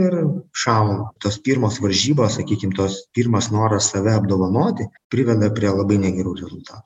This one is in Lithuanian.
ir šaunu tos pirmos varžybos sakykim tos pirmas noras save apdovanoti priveda prie labai negerų rezultatų